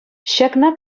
ҫакна